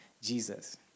Jesus